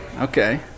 Okay